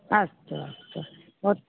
अस्तु अस्तु भवत्